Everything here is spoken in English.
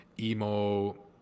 emo